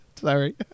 Sorry